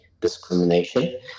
discrimination